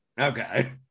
Okay